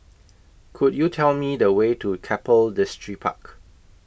Could YOU Tell Me The Way to Keppel Distripark